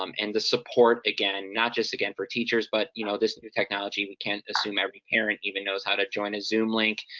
um and the support, again, not just for teachers, but you know, this technology we can't assume every parent even knows how to join a zoom link,